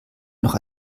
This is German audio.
noch